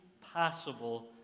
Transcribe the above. possible